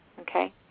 okay